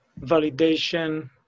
validation